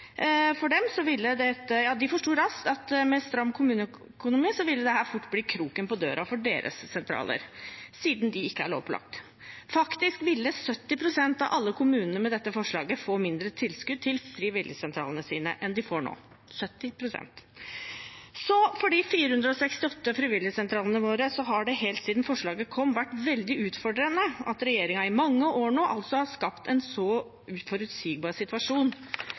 raskt at med stram kommuneøkonomi ville dette fort bli kroken på døra for deres sentraler, siden de ikke er lovpålagt. Med dette forslaget ville faktisk 70 pst. av alle kommunene fått mindre tilskudd til frivilligsentralene sine enn de får nå – 70 pst. For de 468 frivilligsentralene våre har det helt siden forslaget kom, vært veldig utfordrende at regjeringen i mange år har skapt en så uforutsigbar situasjon.